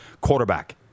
quarterback